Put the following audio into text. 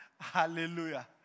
Hallelujah